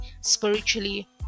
spiritually